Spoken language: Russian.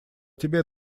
тебе